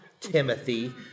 Timothy